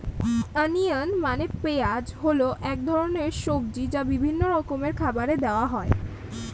onion মানে পেঁয়াজ হল এক ধরনের সবজি যা বিভিন্ন রকমের খাবারে দেওয়া হয়